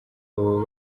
baba